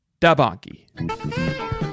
Dabanki